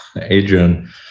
Adrian